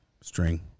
String